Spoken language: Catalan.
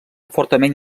fortament